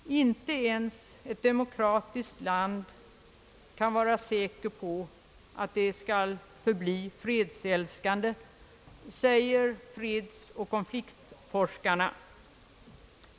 Inte ens ett demokratiskt land kommer med säkerhet att förbli fredsälskande, säger fredsoch konfliktsforskarna.